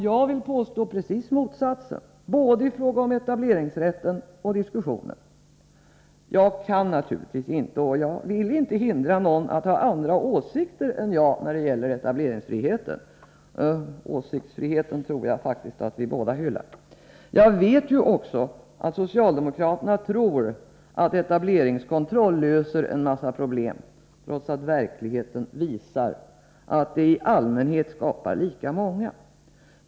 Jag vill påstå motsatsen, i fråga om både etableringsrätten och diskussionen. Jag kan naturligtvis inte, och vill inte, hindra någon att ha andra åsikter än jag när det gäller etableringsfrihet — åsiktsfriheten tror jag faktiskt att vi båda hyllar. Jag vet också att socialdemokraterna tror att etableringskontroll löser en massa problem — trots att verkligheten visar att det i allmänhet skapar lika många nya.